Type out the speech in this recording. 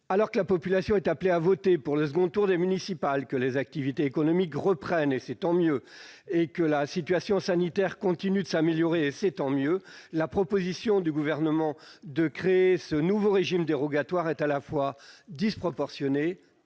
Alors que la population est appelée à voter pour le second tour des municipales, que les activités économiques reprennent- et c'est tant mieux -et que la situation sanitaire continue de s'améliorer- et c'est aussi tant mieux -, la proposition du Gouvernement de créer ce nouveau régime dérogatoire est à la fois disproportionnée